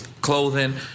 clothing